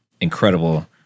incredible